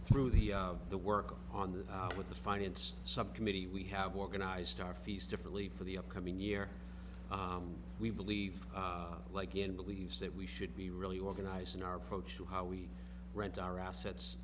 through the the work on this with the finance subcommittee we have organized our fees differently for the upcoming year we believe like in believes that we should be really organized in our approach to how we rent our assets